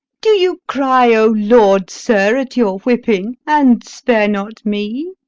do you cry o lord, sir at your whipping, and spare not me'?